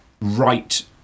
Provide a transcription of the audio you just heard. right